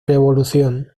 revolución